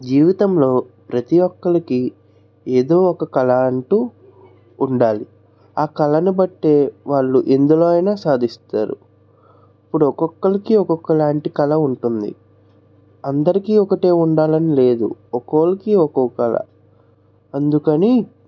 జీవితంలో ప్రతి ఒక్కళ్ళకి ఏదో ఒక కళా అంటూ ఉండాలి ఆ కళను బట్టే వాళ్ళు ఎందులో అయినా సాధిస్తారు ఇప్పుడు ఒక్కొక్కళ్ళకి ఒక్కొక్క లాంటి కళ ఉంటుంది అందరికీ ఒకటే ఉండాలని లేదు ఒక్కోళ్ళకి ఒక కళ అందుకని